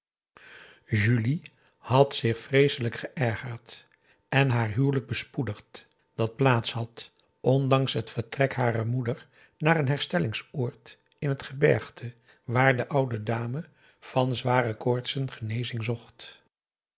julie had zich vreeselijk geërgerd en haar huwelijk bespoedigd dat plaats had ondanks het vertrek harer moeder naar een herstellingsoord in het gebergte waar de oude dame van zware koortsen genezing zocht